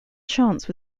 chance